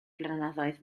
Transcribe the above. blynyddoedd